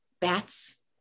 Bats